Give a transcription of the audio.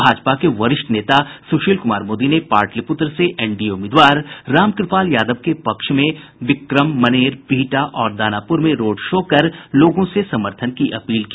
भाजपा के वरिष्ठ नेता सुशील कुमार मोदी ने पाटलिपुत्र से एनडीए उम्मीदवार रामकृपाल यादव के पक्ष में बिक्रम मनेर बिहटा और दानापुर में रोड शो कर लोगों से समर्थन की अपील की